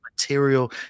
material